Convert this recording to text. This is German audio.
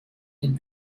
den